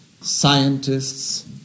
scientists